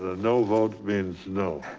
ah no vote means no.